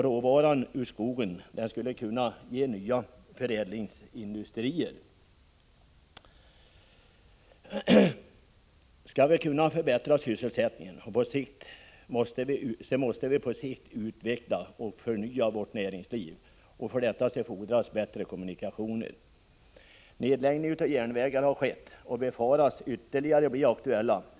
Råvaror ur skogen skulle kunna ge nya förädlingsindustrier. Skall vi kunna förbättra sysselsättningen på sikt, måste vi utveckla och förnya vårt näringsliv, och för detta fordras bättre kommunikationer. Nedläggning av järnvägar har skett, och ytterligare nedläggningar befaras bli aktuella.